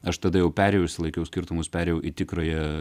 aš tada jau perėjau išsilaikiau skirtumus perėjau į tikrąją